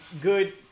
good